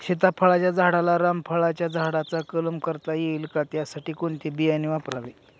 सीताफळाच्या झाडाला रामफळाच्या झाडाचा कलम करता येईल का, त्यासाठी कोणते बियाणे वापरावे?